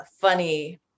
funny